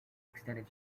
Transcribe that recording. extended